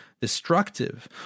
destructive